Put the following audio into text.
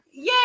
Yay